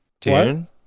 Dune